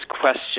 question